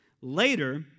Later